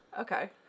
Okay